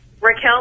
Raquel